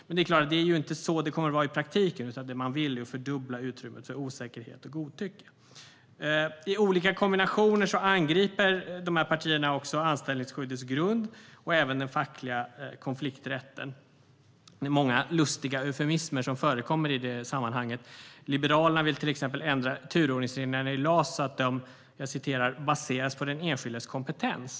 Men det är klart att det inte är så det kommer att vara i praktiken, utan det man vill är att fördubbla utrymmet för osäkerhet och godtycke. I olika kombinationer angriper partierna också anställningsskyddets grund och även den fackliga konflikträtten. Det är många lustiga eufemismer som förekommer i det sammanhanget. Liberalerna vill till exempel ändra turordningsreglerna i LAS så att de "baseras på den enskildes kompetens".